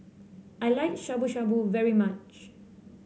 I like Shabu Shabu very much